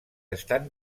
estan